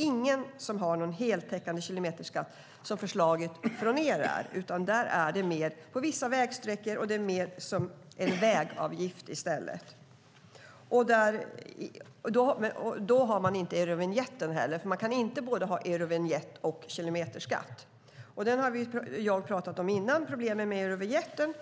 Ingen har någon heltäckande kilometerskatt, som ni föreslår, utan det är på vissa vägsträckor och det är mer som vägavgift. Man har inte eurovinjetten eftersom man inte kan ha både eurovinjett och kilometerskatt. Problemen med eurovinjetten